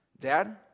Dad